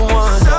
one